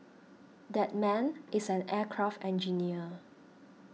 that man is an aircraft engineer